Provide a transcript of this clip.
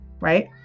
right